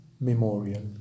memorial